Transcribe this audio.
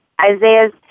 Isaiah's